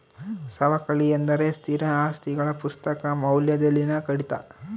ಸವಕಳಿ ಎಂದರೆ ಸ್ಥಿರ ಆಸ್ತಿಗಳ ಪುಸ್ತಕ ಮೌಲ್ಯದಲ್ಲಿನ ಕಡಿತ